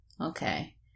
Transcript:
okay